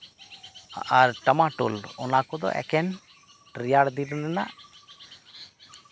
ᱟᱨ ᱴᱟᱢᱟᱴᱳᱞ ᱚᱱᱟ ᱠᱚᱫᱚ ᱮᱠᱮᱱ ᱨᱮᱭᱟᱲ ᱫᱤᱱ ᱦᱤᱞᱳᱜ